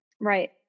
Right